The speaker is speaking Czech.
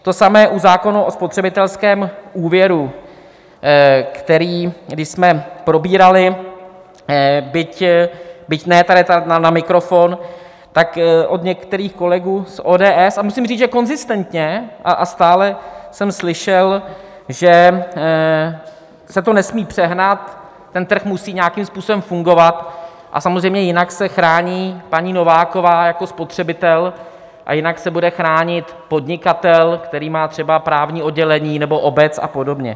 To samé u zákona o spotřebitelském úvěru, který když jsme probírali, byť ne tady na mikrofon, tak od některých kolegů z ODS, a musím říct, že konzistentně a stále, jsem slyšel, že se to nesmí přehnat, trh musí nějakým způsobem fungovat a samozřejmě jinak se chrání paní Nováková jako spotřebitel a jinak se bude chránit podnikatel, který má třeba právní oddělení, nebo obec a podobně.